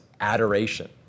adoration